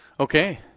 okay.